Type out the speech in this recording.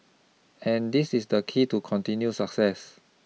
and this is the key to continued success